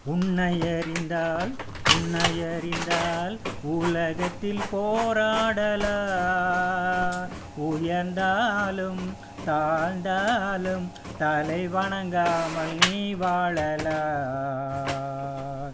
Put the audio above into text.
உன்னையறிந்தால் உன்னையறிந்தால் உலகத்தில் போராடலாம் உயர்ந்தாலும் தாழ்ந்தாலும் தலை வணங்காமல் நீ வாழலாம்